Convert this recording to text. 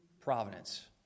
providence